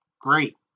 Great